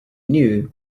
knew